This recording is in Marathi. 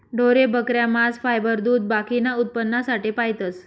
ढोरे, बकऱ्या, मांस, फायबर, दूध बाकीना उत्पन्नासाठे पायतस